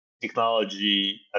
technology